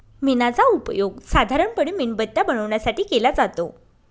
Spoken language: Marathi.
मेणाचा उपयोग साधारणपणे मेणबत्त्या बनवण्यासाठी केला जातो